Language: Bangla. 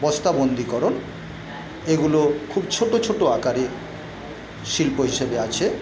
বস্তাবন্দীকরণ এগুলো খুব ছোটো ছোটো আকারে শিল্প হিসেবে আছে